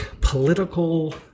political